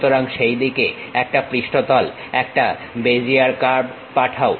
সুতরাং সেই দিকে একটা পৃষ্ঠতল একটা বেজিয়ার কার্ভ পাঠাও